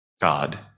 God